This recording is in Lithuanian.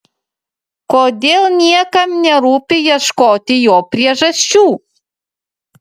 kodėl niekam nerūpi ieškoti jo priežasčių